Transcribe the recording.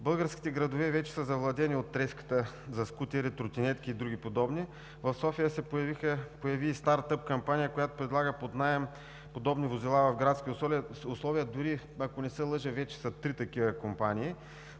Българските градове вече са завладени от треската за скутери, тротинетки и други подобни. В София се появи и стартъп кампания, която предлага под наем подобни возила в градски условия. Дори, ако не се лъжа, вече са три такива компании.